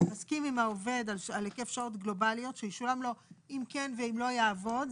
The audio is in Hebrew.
מסכים עם העובד על היקף שעות גלובליות שישולם לו אם כן ואם לא יעבוד,